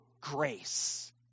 grace